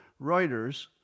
Reuters